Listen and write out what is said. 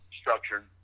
Structured